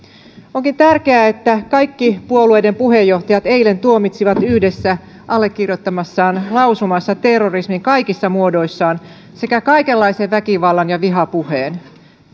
onkin tärkeää että kaikki puolueiden puheenjohtajat eilen tuomitsivat yhdessä allekirjoittamassaan lausumassa terrorismin kaikissa muodoissaan sekä kaikenlaisen väkivallan ja vihapuheen